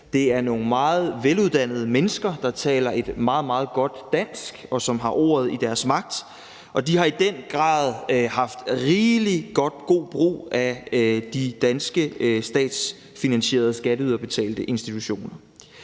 Det er nogle meget veluddannede mennesker, der taler et meget, meget godt dansk, og som har ordet i deres magt, og de har i den grad gjort rigelig god brug af de danske statsfinansierede, skatteyderbetalte institutioner.